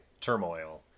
turmoil